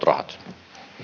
rahat